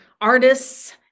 artists